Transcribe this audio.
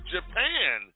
Japan